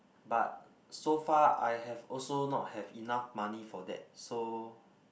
but so far I have also not have enough money for that so